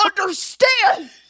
understand